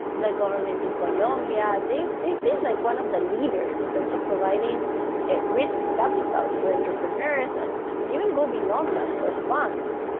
the government in colombia, they've they've been like one of the leaders in terms of providing risk capital for entrepreneurs and and even go beyond that for funds.